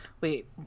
Wait